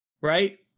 right